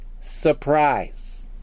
surprise